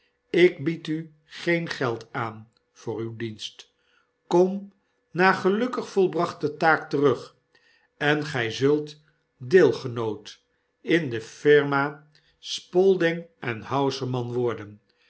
ik bied u geen geld aan voor uw dienst kom na gelukkig volbrachte taak terug en gy zultdeelgenoot in de firma spalding en hausermann worden